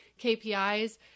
KPIs